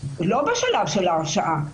לא בשלב של ההרשעה.